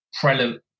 prevalent